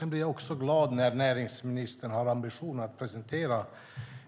Jag blir också glad när näringsministern har ambitionen att presentera